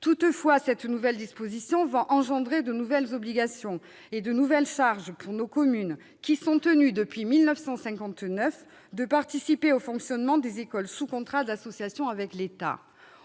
Toutefois, cette nouvelle disposition va engendrer de nouvelles obligations et de nouvelles charges pour nos communes tenues, depuis 1959, de participer au fonctionnement des écoles sous contrat d'association avec l'État.